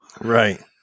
Right